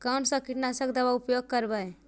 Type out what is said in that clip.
कोन सा कीटनाशक दवा उपयोग करबय?